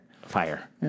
Fire